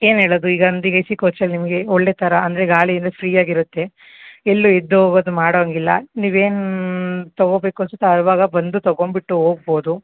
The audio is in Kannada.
ಏನು ಹೇಳೋದು ಈಗ ಒಂದು ಈಗ ಎ ಸಿ ಕೋಚಲ್ಲಿ ನಿಮಗೆ ಒಳ್ಳೆ ಥರ ಅಂದರೆ ಗಾಳಿ ಎಲ್ಲ ಫ್ರೀ ಆಗಿರುತ್ತೆ ಎಲ್ಲೂ ಎದ್ದು ಹೋಗೋದು ಮಾಡೋಂಗಿಲ್ಲ ನೀವು ಏನು ತಗೋಬೇಕು ಅನ್ಸತ್ತೆ ಆವಾಗ ಬಂದು ತಗೊಂಡ್ಬಿಟ್ಟು ಹೋಗ್ಬೋದು